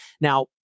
Now